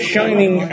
Shining